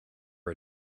are